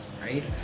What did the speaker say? right